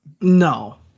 No